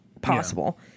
possible